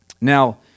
Now